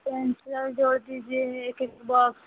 pencil और जोड़ दीजिए एक एक बॉक्स